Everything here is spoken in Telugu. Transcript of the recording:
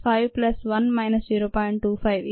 rnet rin - rout rgen - rconsump 20 - 5 1 - 0